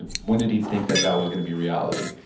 when did he think that that was going to be reality?